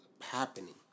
happening